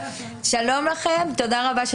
היא תכלית חשובה ואנושית וחייבים לעשות הכול כדי